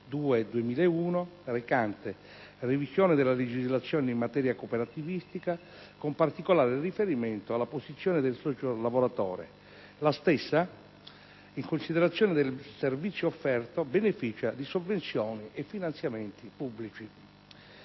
2001, recante revisione della legislazione in materia cooperativistica, con particolare riferimento alla posizione del socio lavoratore. La stessa, in considerazione del servizio offerto, beneficia di sovvenzioni e finanziamenti pubblici.